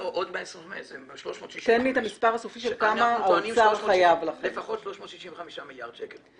אנחנו טוענים שלפחות 365 מיליארד שקל.